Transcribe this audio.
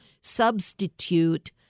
substitute